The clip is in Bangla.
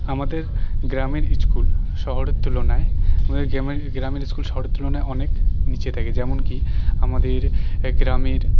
আমাদের গ্রামের স্কুল শহরের তুলনায় আমাদের গ্রামের স্কুল শহরের তুলনায় অনেক নিচে থাকে যেমন কি আমাদের গ্রামের